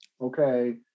okay